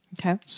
okay